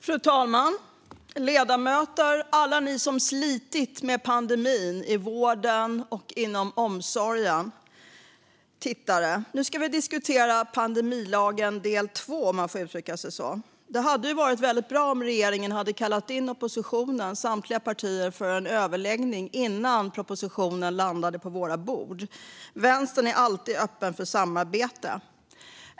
Fru talman! Ledamöter, alla ni som slitit med pandemin i vården och inom omsorgen och tittare! Nu ska vi diskutera pandemilagen del II, om man får uttrycka sig så. Det hade varit väldigt bra om regeringen hade kallat in oppositionen, samtliga partier, för en överläggning innan propositionen landade på våra bord. Vänstern är alltid öppen för samarbete.